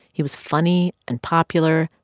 he was funny and popular.